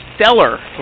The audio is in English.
stellar